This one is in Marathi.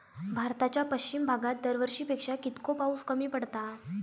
भारताच्या पश्चिम भागात दरवर्षी पेक्षा कीतको पाऊस कमी पडता?